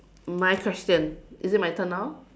my question is it my turn now